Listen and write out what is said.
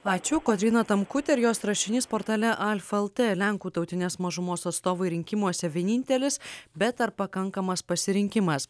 ačiū kotryna tamkutė ir jos rašinys portale alfa el tė lenkų tautinės mažumos atstovai rinkimuose vienintelis bet ar pakankamas pasirinkimas